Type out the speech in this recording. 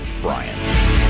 Brian